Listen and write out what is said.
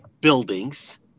buildings